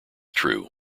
true